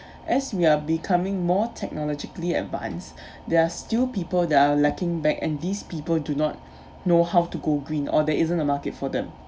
as we are becoming more technologically advance there are still people that are lacking back and these people do not know how to go green or there isn't a market for them